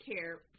care